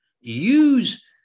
Use